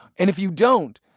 and if you don't,